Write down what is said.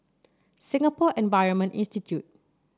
Singapore Environment Institute